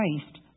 Christ